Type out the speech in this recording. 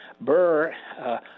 Burr